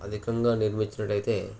అధికంగా నిర్మించినట్టయితే